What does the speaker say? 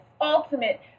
Ultimate